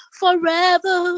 forever